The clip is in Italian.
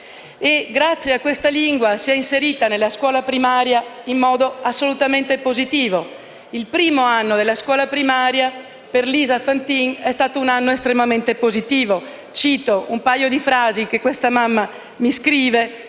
grazie ad essa si è inserita nella scuola primaria in modo assolutamente positivo. Il primo anno di scuola primaria per Lisa Fantin è stato un anno estremamente positivo. Cito un paio di frasi che questa mamma mi scrive